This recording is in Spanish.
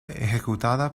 ejecutada